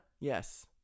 Yes